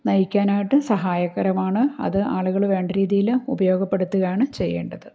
നയിക്കാനായിട്ട് സഹായകരമാണ് അത് ആളുകൾ വേണ്ട രീതിയിൽ ഉപയോഗപ്പെടുത്തുകയാണ് ചെയ്യേണ്ടത്